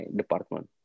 department